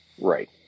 Right